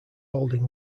holding